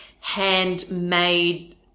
handmade